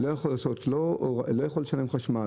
הוא לא יכול לשלם חשמל,